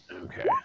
Okay